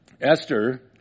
Esther